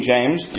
James